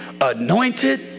anointed